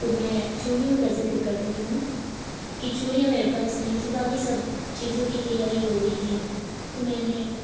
تو میں چوڑیوں کا ذکر کر رہی ہوں کہ چوڑیاں میرے پاس نہیں تھیں باقی سب چیزوں کی تیاری ہو گئی تھی تو میں نے